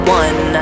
one